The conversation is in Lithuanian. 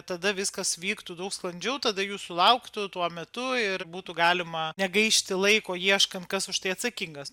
tada viskas vyktų daug sklandžiau tada jūsų lauktų tuo metu ir būtų galima negaišti laiko ieškant kas už tai atsakingas